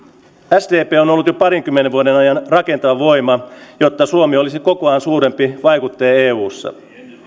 sdp on ollut jo parinkymmenen vuoden ajan rakentava voima jotta suomi olisi kokoaan suurempi vaikuttaja eussa